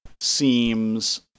seems